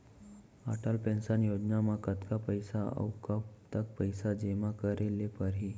Atal pension योजना म कतका पइसा, अऊ कब तक पइसा जेमा करे ल परही?